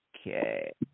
okay